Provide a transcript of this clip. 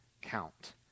count